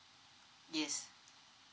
yes